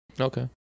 Okay